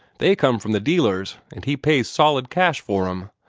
they come from the dealers', and he pays solid cash for em.